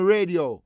Radio